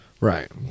Right